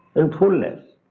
in fullness.